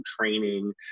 training